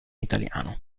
italiano